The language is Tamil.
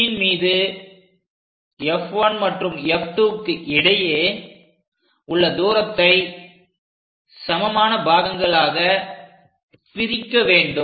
ABன் மீது F1 மற்றும் F2 க்கு இடையே உள்ள தூரத்தை சமமான பாகங்களாக பிரிக்க வேண்டும்